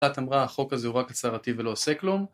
ענת אמרה החוק הזה הוא רק הצהרתי ולא עושה כלום